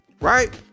right